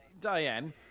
Diane